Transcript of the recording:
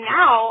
now